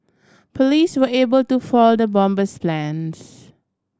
police were able to foil the bomber's plans